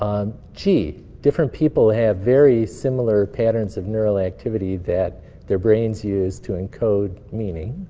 um gee, different people have very similar patterns of neural activity that their brains use to encode meaning.